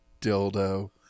dildo